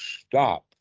stop